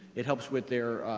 it helps with their,